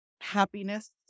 happiness